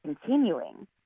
continuing